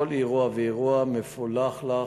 כל אירוע ואירוע מפולח לך.